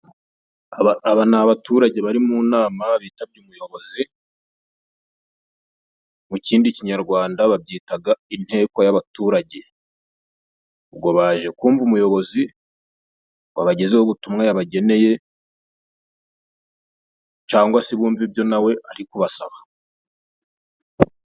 Aba ni abaturage bari mu nama bitabye umuyobozi, mu kindi kinyarwanda babyitaga inteko y'abaturage. Ubwo baje kumva umuyobozi ngo abagezeho, ubutumwa yabageneye cyangwa se bumve ibyo nawe ari kubasaba.